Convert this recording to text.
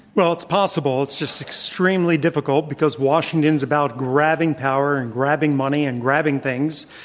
well, it's possible, it's just extremely difficult because washington's about grabbing power and grabbing money and grabbing things,